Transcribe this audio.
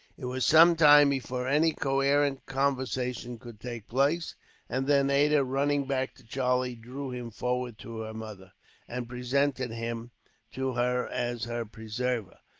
it was some time before any coherent conversation could take place and then ada, running back to charlie, drew him forward to her mother and presented him to her as her preserver,